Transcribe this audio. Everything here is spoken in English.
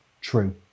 True